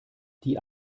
die